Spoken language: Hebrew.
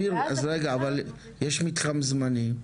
אז יש מתחם זמני?